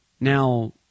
Now